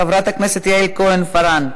חברת הכנסת יעל כהן-פארן,